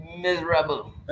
miserable